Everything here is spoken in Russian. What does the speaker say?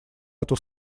эту